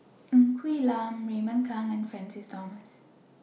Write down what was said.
Ng Quee Lam Raymond Kang and Francis Thomas